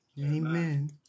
Amen